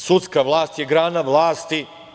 Sudska vlast je grana vlasti.